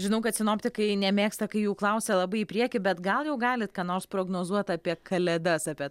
žinau kad sinoptikai nemėgsta kai jų klausia labai į priekį bet gal jau galit ką nors prognozuot apie kalėdas apie